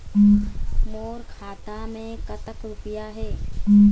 मोर खाता मैं कतक रुपया हे?